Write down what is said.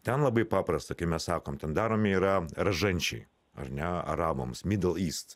ten labai paprasta kai mes sakom ten daromi yra ražančiai ar ne arabams middle east